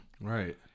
Right